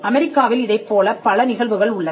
அமெரிக்காவில் இதைப் போல பல நிகழ்வுகள் உள்ளன